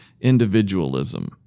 individualism